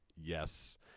yes